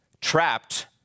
trapped